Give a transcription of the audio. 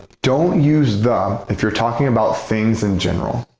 don't use the if you're talking about things in general.